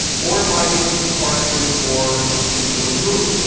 or it might even be targeted for a particular group.